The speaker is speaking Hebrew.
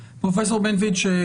פרופ' בנטואיץ,